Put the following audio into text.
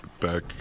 back